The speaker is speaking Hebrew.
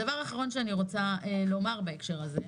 דבר אחרון שאני רוצה לומר בהקשר הזה: